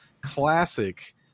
classic